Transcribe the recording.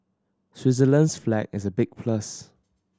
Switzerland's flag is a big plus